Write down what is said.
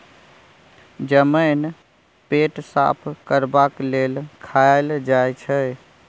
जमैन पेट साफ करबाक लेल खाएल जाई छै